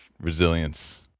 resilience